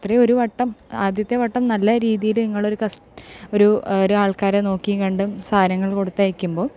ഇത്രയും ഒരു വട്ടം ആദ്യത്തെ വട്ടം നല്ല രീതില്നിങ്ങള് കസ്റ്റ് ഒരു ഓരോ ആൾക്കാരെ നോക്കിയും കണ്ടും സാധനങ്ങള് കൊടുത്തയയ്ക്കുമ്പോൾ